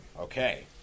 Okay